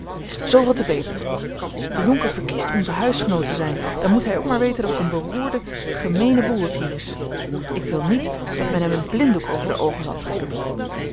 zooveel te beter de jonker verkiest onze huisgenoot te zijn dan moet hij ook maar weten wat een beroerde gemeene boel het hier is ik wil niet dat men hem een blinddoek over de oogen zal trekken